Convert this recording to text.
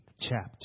chapter